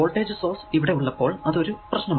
voltage source ഇവിടെ ഉള്ളപ്പോൾ അത് ഒരു പ്രശ്നമാണ്